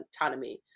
autonomy